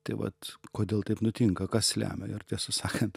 tai vat kodėl taip nutinka kas lemia ir tiesą sakant